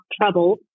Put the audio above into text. trouble